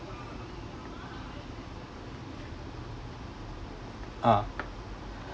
ah